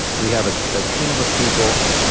we have a ah team of people,